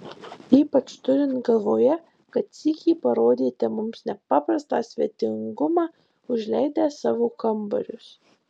ypač turint galvoje kad sykį parodėte mums nepaprastą svetingumą užleidęs savo kambarius